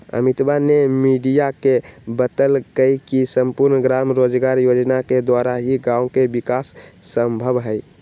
अमितवा ने मीडिया के बतल कई की सम्पूर्ण ग्राम रोजगार योजना के द्वारा ही गाँव के विकास संभव हई